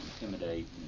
intimidate